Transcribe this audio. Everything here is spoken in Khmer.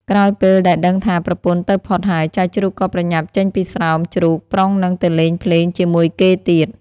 ក្រោយពេលដែលដឹងថា ប្រពន្ធទៅផុតហើយ ចៅជ្រូកក៏ប្រញាប់ចេញពីស្រោមជ្រូកប្រុងនឹងទៅលេងភ្លេងជាមួយគេទៀត។